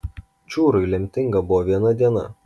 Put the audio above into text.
čiūrui lemtinga buvo viena diena